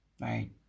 right